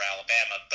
Alabama